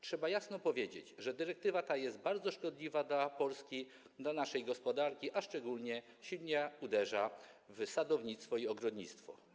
Trzeba jasno powiedzieć, że dyrektywa ta jest bardzo szkodliwa dla Polski, dla naszej gospodarki, a szczególnie silnie uderza ona w sadownictwo i ogrodnictwo.